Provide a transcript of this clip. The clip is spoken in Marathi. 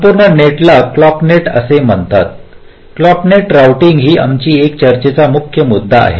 संपूर्ण नेटला क्लॉक नेट असे म्हणतात क्लॉक नेट राउटिंग ही आमची येथे चर्चेचा मुख्य मुद्दा आहे